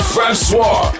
Francois